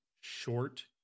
short